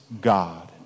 God